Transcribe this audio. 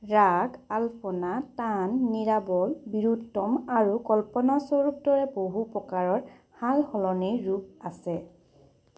ৰাগ আলপনা তান নিৰাৱল ৱিৰুত্তম আৰু কল্পনাস্বৰূপ দৰে বহু প্ৰকাৰৰ সাল সলনিৰ ৰূপ আছে